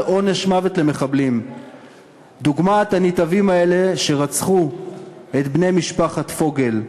עונש מוות למחבלים דוגמת הנתעבים האלה שרצחו את בני משפחת פוגל באיתמר.